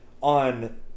on